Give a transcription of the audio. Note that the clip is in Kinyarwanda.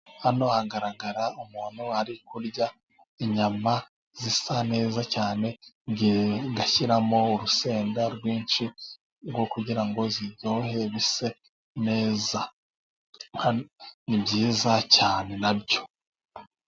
Hano hagaragara umuntu uri kurya inyama zisa neza cyane agashyiramo urusenda rwinshi kugirango biryohe bise neza, nibyiza cyane nabyo.